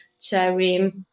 cherry